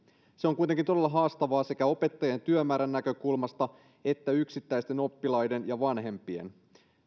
se on kuitenkin todella haastavaa sekä opettajien työmäärän että yksittäisten oppilaiden ja vanhempien näkökulmasta